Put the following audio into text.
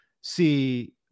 see